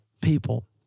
people